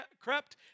crept